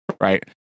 right